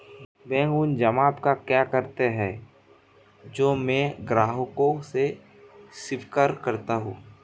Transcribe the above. Bank उन जमाव का क्या करता है जो मैं ग्राहकों से स्वीकार करता हूँ?